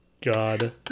God